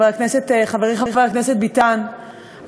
חברי חבר הכנסת ביטן,